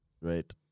right